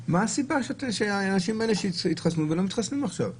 מה הסיבה שהאנשים האלה שהתחסנו לא רוצים עכשיו להתחסן.